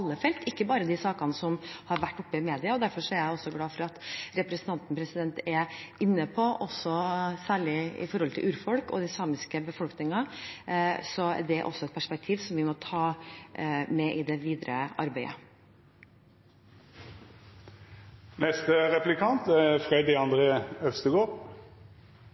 felt, ikke bare i de sakene som har vært oppe i media. Derfor er jeg glad for at representanten er inne på særlig det som gjelder urfolk og den samiske befolkningen. Det er også et perspektiv som vi må ta med i det videre arbeidet.